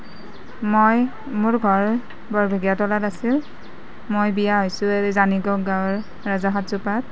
মই মোৰ ঘৰ তলাত আছিল মই বিয়া হৈছোঁ এই জানিগৰ গাঁৱৰ